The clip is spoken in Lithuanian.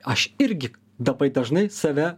aš irgi labai dažnai save